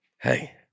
hey